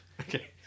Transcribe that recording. Okay